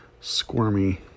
squirmy